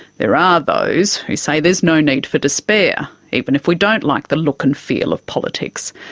there are those who say there is no need for despair, even if we don't like the look and feel of politics.